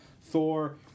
Thor